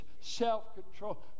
self-control